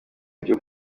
byo